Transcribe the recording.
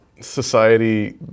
society